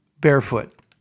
barefoot